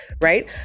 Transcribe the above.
right